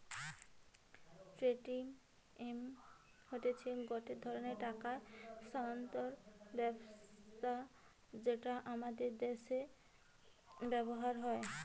Paytm হতিছে গটে ধরণের টাকা স্থানান্তর ব্যবস্থা যেটা আমাদের দ্যাশে ব্যবহার হয়